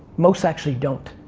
most actually don't.